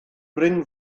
bryn